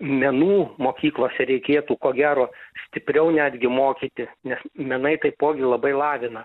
menų mokyklose reikėtų ko gero stipriau netgi mokytis nes menai taipogi labai lavina